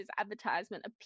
advertisement